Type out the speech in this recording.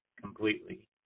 completely